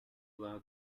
lado